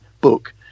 book